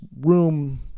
room